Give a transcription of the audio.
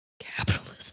Capitalism